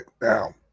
now